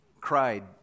cried